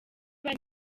bari